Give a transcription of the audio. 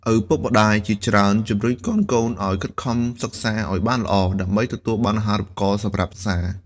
ឪពុកម្តាយជាច្រើនជំរុញកូនៗឱ្យខិតខំសិក្សាឲ្យបានល្អ ដើម្បីទទួលបានអាហារូបករណ៍សម្រាប់សិក្សា។